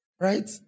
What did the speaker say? Right